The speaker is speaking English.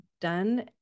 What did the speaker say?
done